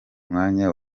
mwanya